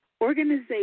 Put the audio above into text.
Organization